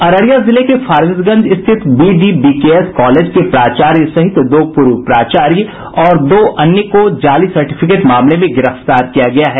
अररिया जिले के फारबिसगंज स्थित बीडीबीकेएस कॉलेज के प्राचार्य सहित दो पूर्व प्राचार्य और दो अन्य को जाली सर्टिफिकेट मामले में गिरफ्तार किया गया है